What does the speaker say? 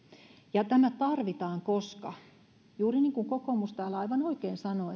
ja tämä tarvitaan koska juuri niin kuin kokoomus täällä aivan oikein sanoo